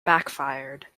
backfired